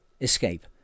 Escape